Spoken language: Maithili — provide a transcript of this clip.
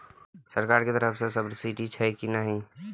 सरकार के तरफ से सब्सीडी छै कि नहिं?